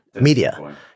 media